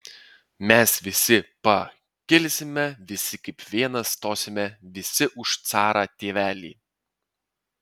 mes visi pa kilsime visi kaip vienas stosime visi už carą tėvelį